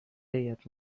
هیات